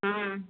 हाँ